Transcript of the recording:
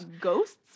Ghosts